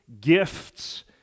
gifts